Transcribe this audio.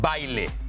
Baile